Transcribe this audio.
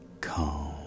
calm